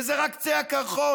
וזה רק קצה הקרחון.